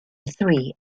three